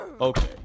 Okay